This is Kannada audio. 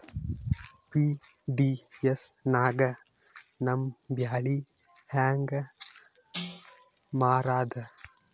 ಪಿ.ಡಿ.ಎಸ್ ನಾಗ ನಮ್ಮ ಬ್ಯಾಳಿ ಹೆಂಗ ಮಾರದ?